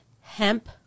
hemp